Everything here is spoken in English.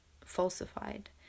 falsified